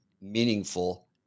meaningful